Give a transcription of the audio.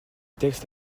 textes